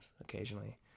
occasionally